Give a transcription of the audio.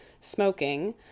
smoking